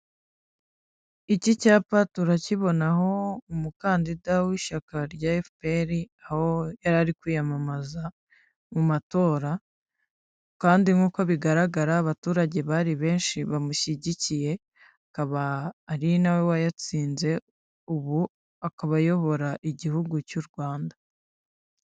Iki cyapa turakibonaho umukandida w'ishyaka rya efuperi, aho yari ari kwiyamamaza mu matora, kandi nk'uko bigaragara abaturage bari benshi bamushyigikiye, akaba ari na we wayatsinze, ubu akaba ayobora igihugu cy'u Rwanda.